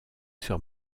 sur